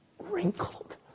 wrinkled